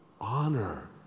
honor